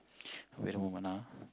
wait a moment ah